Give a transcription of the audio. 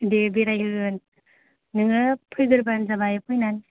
दे बेरायगोन नोङो फैगौरबानो जाबाय फैनानै